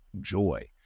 joy